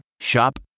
Shop